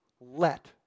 let